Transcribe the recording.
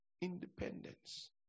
Independence